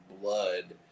blood